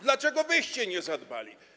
Dlaczego wyście nie zadbali?